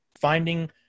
finding